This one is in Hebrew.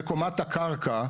בקומת הקרקע,